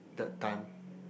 that time